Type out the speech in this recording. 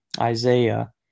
Isaiah